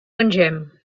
mengem